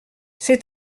c’est